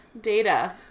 data